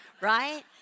Right